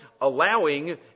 allowing